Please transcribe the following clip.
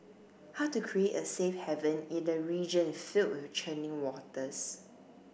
how to create a safe haven in a region filled with churning waters